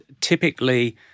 typically